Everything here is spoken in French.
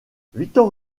victor